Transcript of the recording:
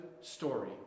story